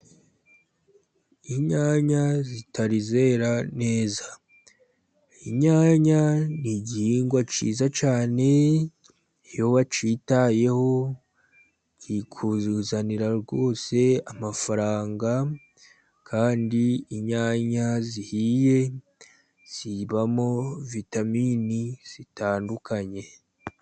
Inyanya zitari zera neza. Inyanya ni igihingwa cyiza cyane, iyo wakitayeho kikuzanira rwose amafaranga, kandi inyanya zihiye zibamo vitamini zitandukanye.